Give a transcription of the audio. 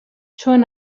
چون